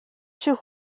шиг